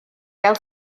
gael